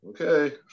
okay